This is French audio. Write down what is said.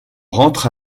rentre